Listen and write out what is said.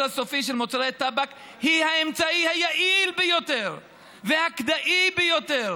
הסופי של מוצרי טבק היא האמצעי היעיל ביותר והכדאי ביותר